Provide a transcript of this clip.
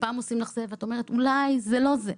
ופעם עושים לך זה ואת אומרת אולי זה לא זה,